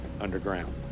underground